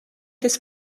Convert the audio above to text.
this